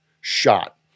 shot